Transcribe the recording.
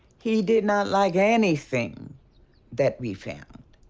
he did not like anything that we found.